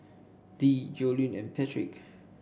Dee Joellen and Patric